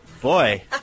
Boy